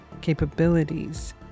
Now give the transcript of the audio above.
capabilities